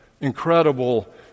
incredible